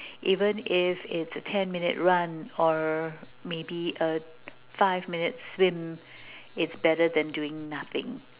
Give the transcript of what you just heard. even if it's a ten minute run or maybe a five minute swim it's better than doing nothing